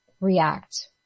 react